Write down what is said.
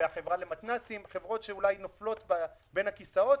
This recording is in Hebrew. והחברה למתנסים, חברות שאולי נופלות בין הכיסאות.